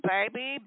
Baby